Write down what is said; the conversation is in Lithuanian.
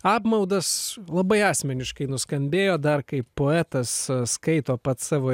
apmaudas labai asmeniškai nuskambėjo dar kai poetas skaito pats savo